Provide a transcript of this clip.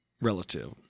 relative